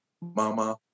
Mama